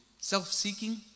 Self-seeking